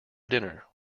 dinner